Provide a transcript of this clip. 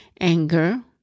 anger